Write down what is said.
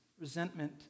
resentment